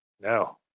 No